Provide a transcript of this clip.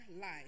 life